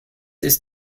ist